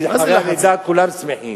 כולם שמחים ואחרי הלידה כולם שמחים.